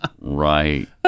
Right